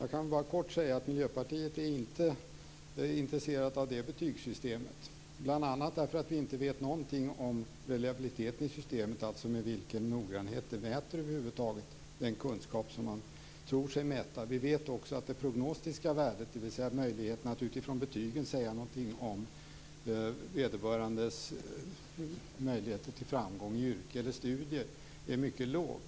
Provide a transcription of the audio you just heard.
Jag kan bara kort säga att Miljöpartiet inte är intresserat av det betygssystemet, bl.a. därför att vi inte vet någonting om reliabiliteten i systemet, dvs. med vilken noggrannhet det mäter den kunskap som man tror sig mäta. Vi vet också att det prognostiska värdet, dvs. möjligheterna att utifrån betygen säga någonting om vederbörandes möjligheter till framgång i yrke eller studier, är mycket lågt.